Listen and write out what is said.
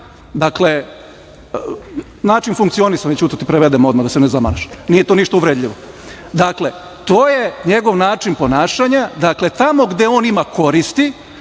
operandi, način funkcionisanja, Ćuto, da ti prevedem odmah da se ne zamaraš. Nije to ništa uvredljivo. Dakle, to je njegov način ponašanja. Dakle, tamo gde on ima koristi,